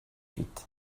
huit